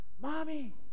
mommy